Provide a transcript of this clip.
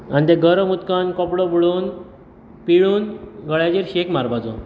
आनी तें गरम उदकान कपडो बुडोवन पिळून गळ्याचेर शेक मारपाचो